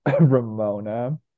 Ramona